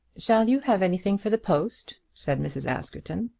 shall you have anything for the post? said mrs. askerton.